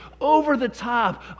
over-the-top